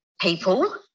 people